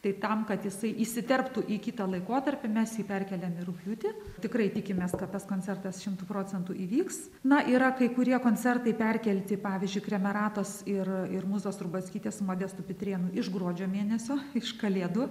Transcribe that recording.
tai tam kad jisai įsiterptų į kitą laikotarpį mes jį perkėlėm į rugpjūtį tikrai tikimės kad tas koncertas šimtu procentų įvyks na yra kai kurie koncertai perkelti pavyzdžiui kremeratas ir ir mūzos rubackytės su modestu pitrėnu iš gruodžio mėnesio iš kalėdų